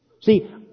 See